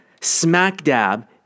Smack-dab